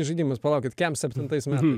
žaidimas palaukit kem septintais metais